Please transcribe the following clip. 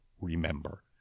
remember